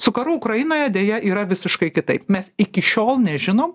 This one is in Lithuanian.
su karu ukrainoje deja yra visiškai kitaip mes iki šiol nežinom